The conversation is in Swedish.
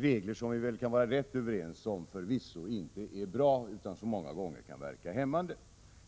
Vi kan väl vara rätt så överens om att de reglerna förvisso inte är bra. Många gånger kan de t.o.m. verka hämmande.